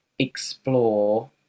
explore